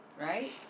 right